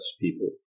people